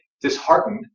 disheartened